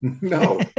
No